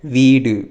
வீடு